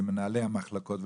עם מנהלי המחלקות,